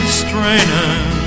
straining